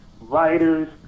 writers